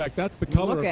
like that's the color yeah